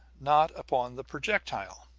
not upon the projectile.